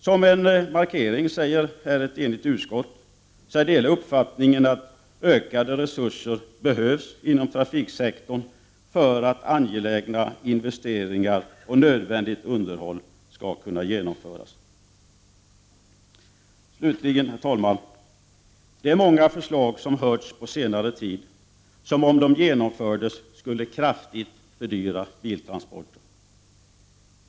Som en markering säger sig ett enigt utskott här dela uppfattningen att ökade resurser behövs inom trafiksektorn för att angelägna investeringar och nödvändigt underhåll skall kunna genomföras. Slutligen, herr talman: Det är många förslag som hörts på senare tid som, om de genomfördes, kraftigt skulle fördyra biltransporter.